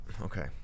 Okay